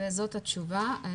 זאת התשובה.